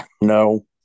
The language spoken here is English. No